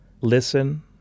listen